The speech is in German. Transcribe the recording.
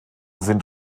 sind